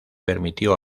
permitió